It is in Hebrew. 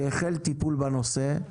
שהחל טיפול בנושא,